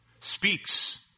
Speaks